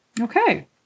Okay